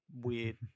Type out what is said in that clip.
weird